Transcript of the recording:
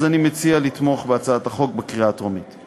אז אני מציע לתמוך בהצעת החוק בקריאה הטרומית.